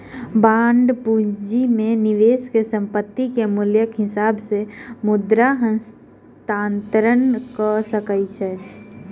bond पूंजी में निवेशक संपत्ति के मूल्यक हिसाब से मुद्रा हस्तांतरण कअ सकै छै